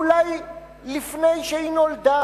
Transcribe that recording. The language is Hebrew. אולי לפני שהיא נולדה,